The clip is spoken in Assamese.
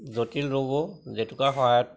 জটিল ৰোগো জেতুকাৰ সহায়ত